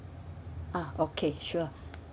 ah okay sure